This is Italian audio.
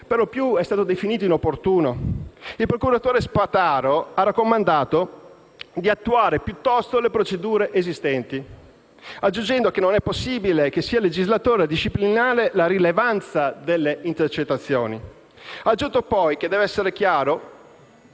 per lo più definito «inopportuno». Il procuratore Spataro ha raccomandato di «attuare piuttosto le procedure esistenti», aggiungendo che «non è possibile che sia il legislatore a disciplinare la rilevanza delle intercettazioni». Ha aggiunto poi che «Deve essere chiaro